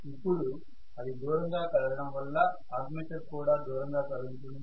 ఇప్పుడు అది దూరంగా కదలడం వల్ల ఆర్మేచర్ కూడా దూరంగా కదులుతుంది